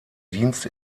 dienst